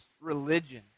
religion